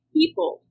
people